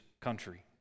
country